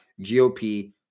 GOP